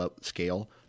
scale